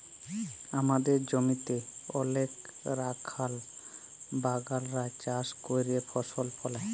আমাদের জমিতে অলেক রাখাল বাগালরা চাষ ক্যইরে ফসল ফলায়